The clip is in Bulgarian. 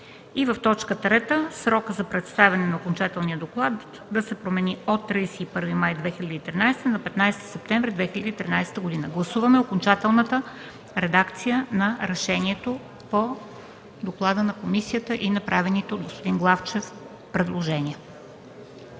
и в т. 3 срокът за представяне на окончателния вариант да се промени от „31 май 2013 г.” на „15 септември 2013 г.”. Гласуваме окончателната редакция на решението по доклада на комисията с направените от господин Главчев предложения.